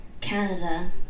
Canada